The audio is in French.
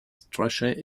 strachey